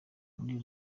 muri